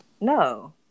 No